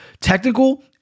technical